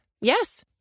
Yes